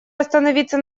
остановиться